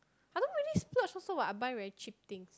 I don't really splurge also what I buy very cheap thing